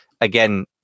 again